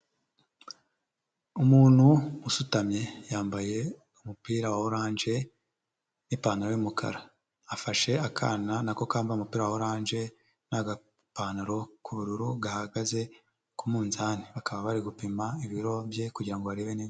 Umuntu usutamye, yambaye umupira wa oranje n'ipantaro y'umukara. Afashe akana na ko kambaye umupira wa oranje n'agapantaro k'ubururu, gahagaze ku munzani. Bakaba bari gupima ibiro bye kugira ngo barebe niba